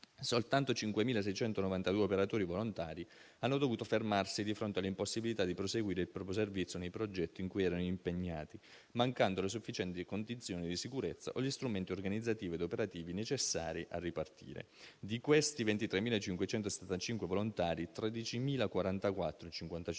Soltanto 5.692 operatori volontari hanno dovuto fermarsi di fronte all'impossibilità di proseguire il proprio servizio nei progetti in cui erano impegnati, mancando le sufficienti condizioni di sicurezza o gli strumenti organizzativi ed operativi necessari a ripartire. Di questi 23.575 volontari, 13.044 (il 55